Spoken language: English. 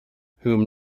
whom